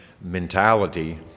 mentality